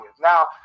Now